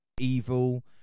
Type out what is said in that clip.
Evil